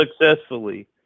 successfully